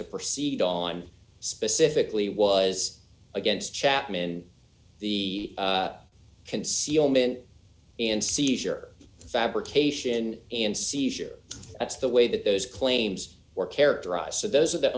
to proceed on specifically was against chapman the concealment and seizure fabrication and seizure that's the way that those claims were characterized so those are the